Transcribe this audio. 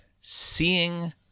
seeing